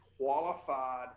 qualified